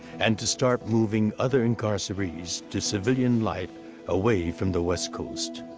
and to start moving other incarcerees to civilian life away from the west coast.